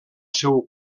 seu